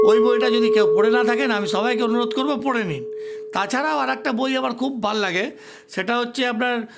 ওই বইটা যদি কেউ পড়ে না থাকেন আমি সবাইকে অনুরোধ করবো পড়ে নিন তাছাড়াও আরেকটা বই আমার খুব ভাল লাগে সেটা হচ্ছে আপনার